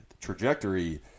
trajectory